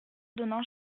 donnant